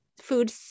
food